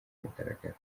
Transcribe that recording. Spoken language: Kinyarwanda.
mugaragaro